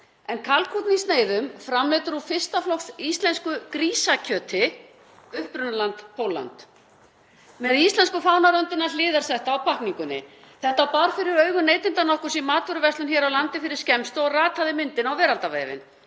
En kalkúnn í sneiðum, framleiddur úr fyrsta flokks íslensku grísakjöti, upprunaland Pólland, með íslensku fánaröndina hliðarsetta á pakkningunni? Þetta bar fyrir augu neytenda nokkurs í matvöruverslun hér á landi fyrir skemmstu og rataði myndin á veraldarvefinn.